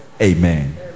Amen